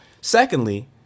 Secondly